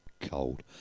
cold